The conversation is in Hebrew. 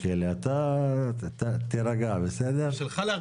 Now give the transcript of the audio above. תירגע, בסדר?